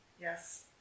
Yes